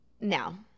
now